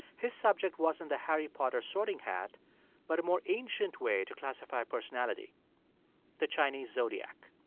his subject wasn't the harry potter sorting hat but a more ancient way to classify personality the chinese zodiac